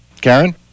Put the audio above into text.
Karen